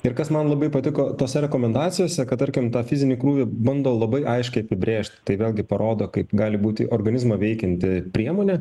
ir kas man labai patiko tose rekomendacijose kad tarkim tą fizinį krūvį bando labai aiškiai apibrėžti tai vėlgi parodo kaip gali būti organizmą veikianti priemonė